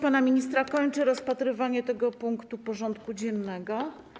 Wypowiedź pana ministra kończy rozpatrywanie tego punktu porządku dziennego.